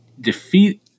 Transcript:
defeat